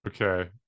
Okay